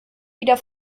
wieder